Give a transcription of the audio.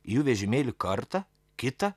į jų vežimėlį kartą kitą